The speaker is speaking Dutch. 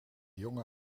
jongen